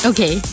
Okay